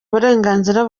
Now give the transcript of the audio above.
uburenganzira